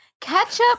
ketchup